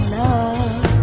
love